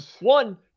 One